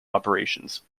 operations